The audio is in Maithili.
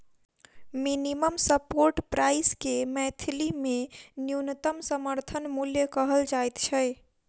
मिनिमम सपोर्ट प्राइस के मैथिली मे न्यूनतम समर्थन मूल्य कहल जाइत छै